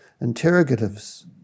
interrogatives